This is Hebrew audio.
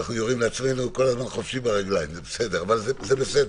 אנחנו יורים לעצמנו ברגליים, אבל זה בסדר.